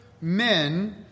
men